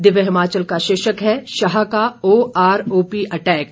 दिव्य हिमाचल का शीर्षक है शाह का ओआरओपी अटैक